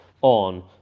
On